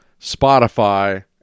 Spotify